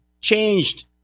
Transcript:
changed